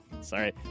Sorry